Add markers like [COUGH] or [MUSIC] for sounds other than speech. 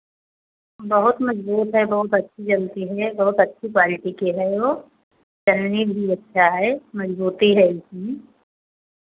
बहुत मजबूत है बहुत अच्छी है मिलती है बहुत अच्छी क्वालिटी की है वो [UNINTELLIGIBLE] भी अच्छा है मजबूती है उसमें